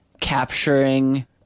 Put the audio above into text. capturing